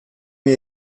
mir